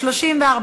ומנוחה (תיקון,